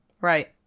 Right